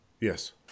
Yes